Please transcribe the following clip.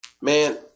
Man